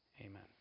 Amen